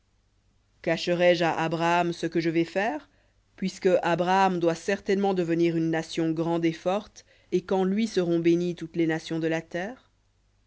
à abraham ce que je vais faire puisque abraham doit certainement devenir une nation grande et forte et qu'en lui seront bénies toutes les nations de la terre